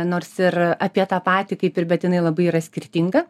nors ir apie tą patį kaip ir bet jinai labai yra skirtinga